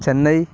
Chennai